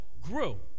grew